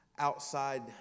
outside